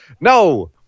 No